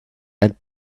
and